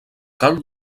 cal